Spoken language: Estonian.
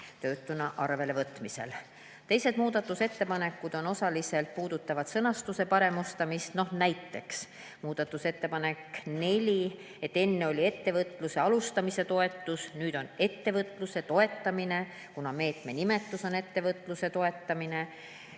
töötuna arvele võtmisel. Teised muudatusettepanekud puudutavad osaliselt sõnastuse paremustamist. Näiteks, muudatusettepanek nr 4: enne oli "ettevõtluse alustamise toetus", aga nüüd on "ettevõtluse toetamine", sest meetme nimetus on "ettevõtluse toetamine".